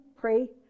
pray